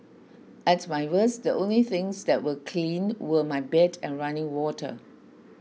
at my worst the only things that were clean were my bed and running water